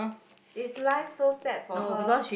is life so sad for her